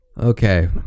Okay